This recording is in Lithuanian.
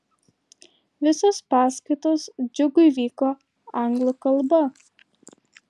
visos paskaitos džiugui vyko anglų kalba